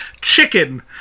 Chicken